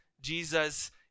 Jesus